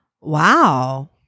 Wow